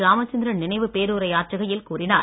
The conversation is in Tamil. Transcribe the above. ராமச்சந்திரன் நினைவுப் பேரூரையாற்றுகையில் கூறினார்